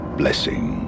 blessing